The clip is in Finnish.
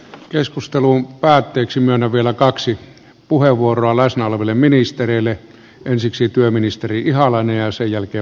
keskustelun päätteeksi myönnän vielä kaksi puheenvuoroa läsnä oleville ministereille ensiksi työministeri ihalainen ja sen jälkeen valtiovarainministeri urpilainen